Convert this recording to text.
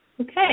Okay